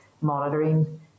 monitoring